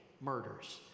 murders